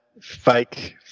fake